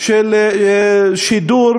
של שידור